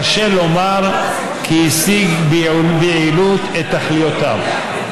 קשה לומר כי הוא השיג ביעילות את תכליותיו.